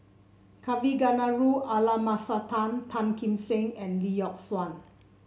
Kavignareru Amallathasan Tan Tan Kim Seng and Lee Yock Suan